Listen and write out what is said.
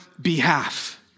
behalf